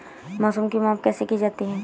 मौसम की माप कैसे की जाती है?